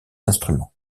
instruments